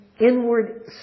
inward